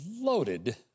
loaded